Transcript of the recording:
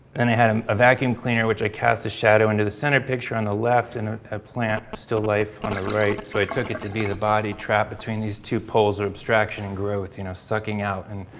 and i had um a vacuum cleaner which i cast a shadow into the center picture on the left and ah a plant, still life on the right so i took it to be the body trapped between these two poles of abstraction and growth you know sucking out and